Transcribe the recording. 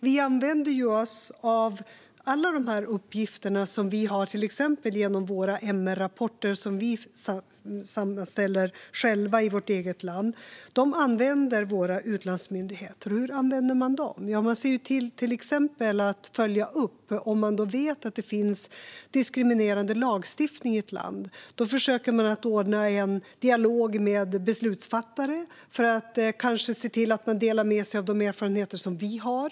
Vi använder oss av alla de uppgifter vi har - till exempel använder våra utlandsmyndigheter de MR-rapporter som vi sammanställer själva i vårt eget land. Hur använder man dem? Till exempel ser man till att följa upp. Om man vet att det finns diskriminerande lagstiftning försöker man att ordna en dialog med beslutsfattare för att kanske se till att dela med sig av de erfarenheter som vi har.